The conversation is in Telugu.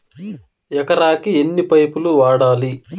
ఎకరాకి ఎన్ని పైపులు వాడాలి?